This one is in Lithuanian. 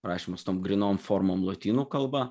rašymas tom grynom formom lotynų kalba